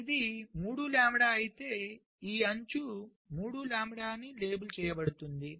ఇది 3 లాంబ్డా అయితే ఈ అంచు 3 లాంబ్డా అని లేబుల్ చేయబడుతుంది